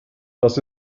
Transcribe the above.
das